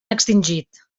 extingit